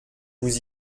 vous